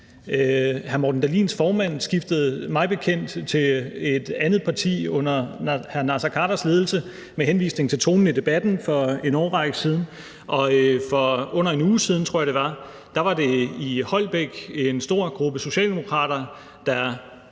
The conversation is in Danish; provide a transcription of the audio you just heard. Hr. Morten Dahlins formand skiftede mig bekendt til et andet parti under hr. Naser Khaders ledelse med henvisning til tonen i debatten for en årrække siden, og for under en uge siden, tror jeg det var, var der i Holbæk en stor gruppe socialdemokrater, der